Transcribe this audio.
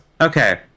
Okay